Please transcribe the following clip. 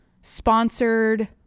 sponsored